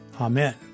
Amen